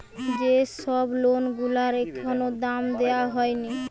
যে সব লোন গুলার এখনো দাম দেওয়া হয়নি